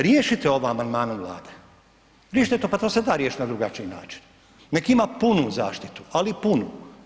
Riješite ovo amandmanom Vlade, riješite to, pa to se da riješiti na drugačiji način, neka ima punu zaštitu, ali punu.